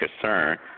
concern